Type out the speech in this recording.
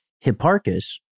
Hipparchus